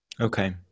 Okay